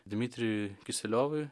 dimitrijui kiseliovui